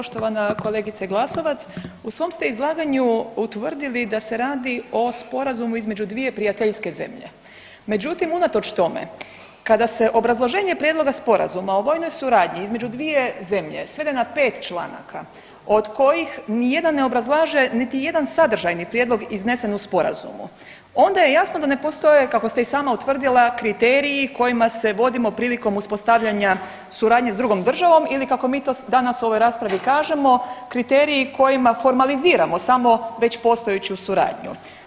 Poštovana kolegice Glasovac, u svom ste izlaganju utvrdili da se radi o sporazumu između dvije prijateljske zemlje, međutim, unatoč tome, kada se obrazloženje prijedloga Sporazuma o vojnoj suradnji između dvije zemlje svede na 5 članaka, od kojih ni jedan ne obrazlaže niti jedan sadržajni prijedlog iznesen u Sporazumu, onda je jasno da ne postoje, kako ste i sama utvrdila kriteriji kojima se vodimo prilikom uspostavljanja suradnje s drugom državom ili kako mi to danas u ovoj raspravi kažemo, kriteriji kojima formaliziramo samo već postojeću suradnju.